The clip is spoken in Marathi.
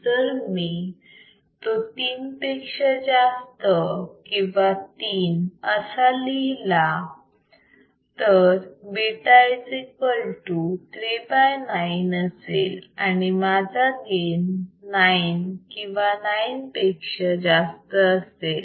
जर मी तो 3 पेक्षा जास्त किंवा 3 असा लिहिला तर β39 असेल आणि माझा गेन 9 किंवा 9 पेक्षा जास्त असेल